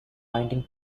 binding